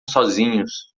sozinhos